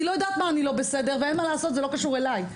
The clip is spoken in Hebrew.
לא יודעת במה אני לא בסדר וזה לא קשור אליי.